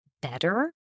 better